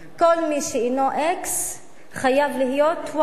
כל מי שאינו x חייב להיות y.